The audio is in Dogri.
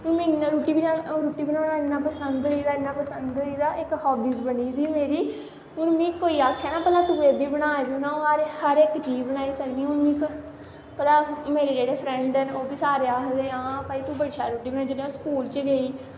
हून मिगी इन्ना रुट्टी बनाना रुट्टी बनाना इन्ना पसंद होई गेदा इन्ना पसंद होई गेदा इक हॉब्बीस बनी गेदी मेरी हून मिगी कोई आक्खै ना भला तूं एह् बी बना हून अ'ऊं हर इक चीज़ बनाई सकनी हून मीं भला मेरे जेह्ड़े फ्रैंड न ओह् बी सारे आखदे हां भाई तूं बड़ी शैल रुट्टी बनाई जिसलै अ'ऊं स्कूल च गेई